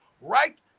right